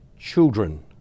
children